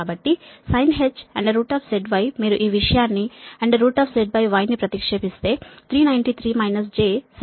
కాబట్టి sinh ZY మీరు ఈ విషయాన్ని ZY ని ప్రతిక్షేపిస్తే 393 j 72